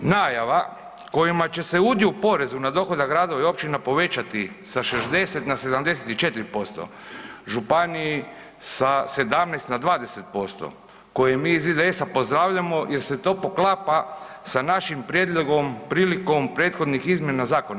Najava kojima će se udio u porezu na dohodak gradova i općina povećati sa 60 na 74%, županiji sa 17 na 20%, koju mi iz IDS-a pozdravljamo jer se to poklapa sa našim prijedlogom prilikom prethodnih izmjena zakona.